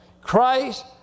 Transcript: Christ